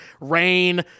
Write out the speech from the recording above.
rain